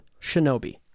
Shinobi